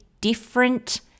different